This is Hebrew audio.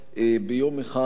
ביום אחד,